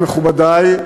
מכובדי,